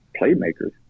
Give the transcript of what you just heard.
playmakers